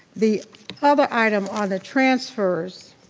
the other item on the transfers,